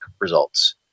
results